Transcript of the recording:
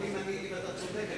אבל אם אתה צודק,